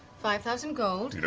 five thousand gold. you know